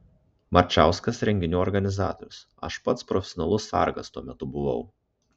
marčauskas renginių organizatorius aš pats profesionalus sargas tuo metu buvau